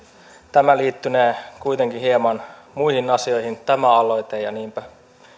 tämä aloite liittynee kuitenkin hieman muihin asioihin ja niinpä